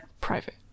private